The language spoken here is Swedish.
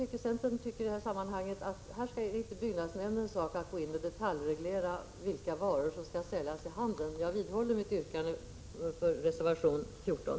Centern anser att det inte är 75 byggnadsnämndens sak att gå in och detaljreglera vilka varor som skall säljas 26 november 1986 i handeln. Jag vidhåller mitt yrkande om bifall till reservation 14.